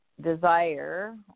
desire